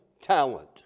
talent